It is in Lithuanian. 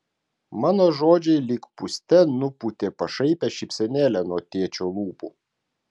mano žodžiai lyg pūste nupūtė pašaipią šypsenėlę nuo tėčio lūpų